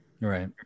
Right